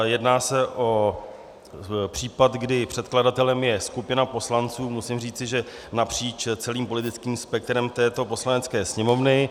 Jedná se o případ, kdy předkladatelem je skupina poslanců, musím říci, že napříč celým politickým spektrem této Poslanecké sněmovny.